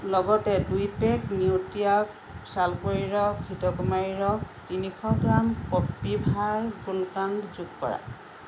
লগতে দুই pack Nutriorg চালকুঁৱৰীৰ ৰস ঘৃতকুমাৰীৰ ৰস তিনিশ গ্ৰাম কপিভা গোলকণ্ড যোগ কৰা